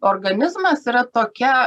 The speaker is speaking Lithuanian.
organizmas yra tokia